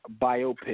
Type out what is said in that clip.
Biopic